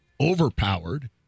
overpowered